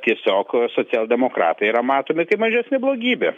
tiesiog socialdemokratai yra matomi kaip mažesnė blogybė